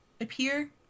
appear